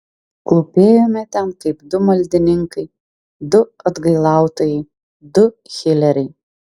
klūpėjome ten kaip du maldininkai du atgailautojai du hileriai